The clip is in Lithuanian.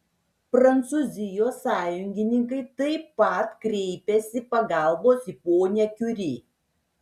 prancūzijos sąjungininkai taip pat kreipiasi pagalbos į ponią kiuri